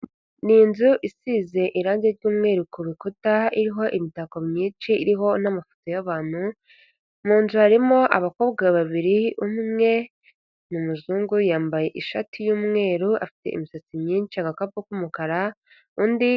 Ni inzu isize irange ry'umweru ku rukuta, iriho imitako myinshi, iriho n'amafoto y'abantu, mu nzu harimo abakobwa babiri umwe ni umuzungu yambaye ishati y'umweru, afite imisatsi myinshi agakapu k'umukara undi.